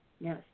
Yes